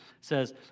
says